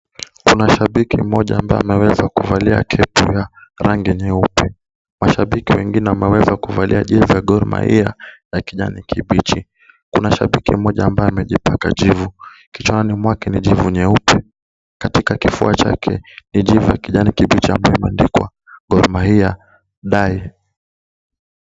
Kuna shabiki mmoja ambaye ameweza kuvalia kepu ya rangi nyeupe. Mashabiki wengine wameweza kuvalia jezi za Gor Mahia ya kijani kibichi. Kuna shabiki mmoja ambaye amejipaka jivu. Kichwani mwake ni jivu nyeupe, katika kifua chake ni jivu ya kijani kibichi ambayo imeandikwa Gor Mahia dye .